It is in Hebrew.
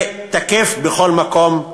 זה תקף בכל מקום.